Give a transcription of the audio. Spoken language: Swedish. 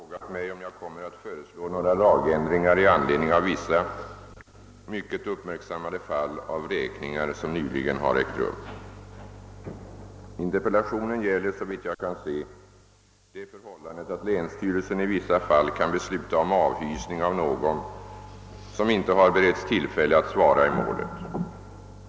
Herr talman! Herr Lundberg har i en interpellation frågat mig om jag kommer att föreslå några lagändringar i anledning av vissa, mycket uppmärksammade fall av vräkningar som nyligen har ägt rum. Interpellationen gäller såvitt jag kan se det förhållandet att länsstyrelsen i vissa fall kan besluta om avhysning av någon som inte beretts tillfälle att svara i målet.